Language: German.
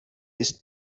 ist